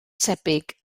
tebyg